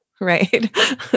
Right